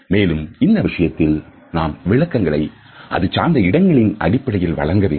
மேலும் இந்த விஷயத்தில் நாம் விளக்கங்களை அது சார்ந்த இடங்களின் அடிப்படையில் வழங்க வேண்டும்